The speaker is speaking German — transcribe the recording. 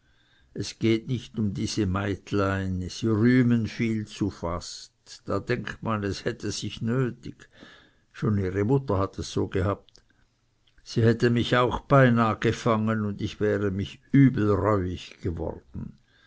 es geht nicht um diese meitlein sie rühmen viel zu fast da denkt man es hätte sich nötig schon ihre mutter hat es so gehabt sie hätte mich auch bei nahe gefangen und ich wäre mich übel reuig geworden